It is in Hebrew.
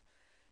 הגדרות,